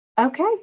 okay